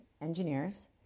engineers